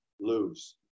lose